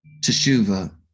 teshuva